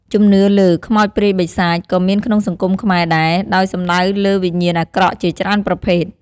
ជំនឿលើ "ខ្មោចព្រាយបីសាច" ក៏មានក្នុងសង្គមខ្មែរដែរ ដោយសំដៅលើវិញ្ញាណអាក្រក់ជាច្រើនប្រភេទ។